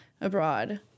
abroad